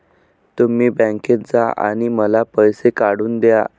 तुम्ही बँकेत जा आणि मला पैसे काढून दया